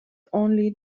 only